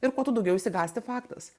ir kuo tu daugiau išsigąsti faktas